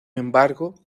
embargo